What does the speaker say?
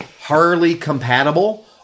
Harley-compatible